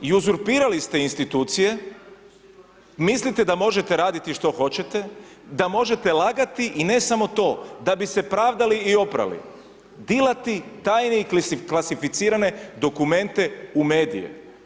I uzurpirali ste institucije, mislite da možete raditi što hoćete, da možete lagati i ne samo to da bi se pravdali i oprali dilati tajne i klasificirane dokumente u medije.